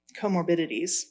comorbidities